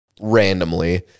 randomly